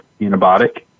antibiotic